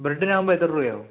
ബ്രഡിന് ആകുമ്പോൾ എത്ര രൂപയാവും